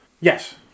Yes